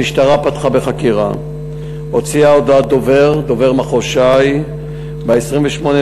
המשטרה פתחה בחקירה והוציאה הודעת דובר מחוז ש"י ב-22 בפברואר